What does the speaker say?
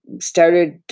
started